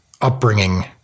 upbringing